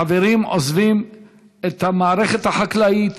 חברים עוזבים את המערכת החקלאית,